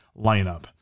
lineup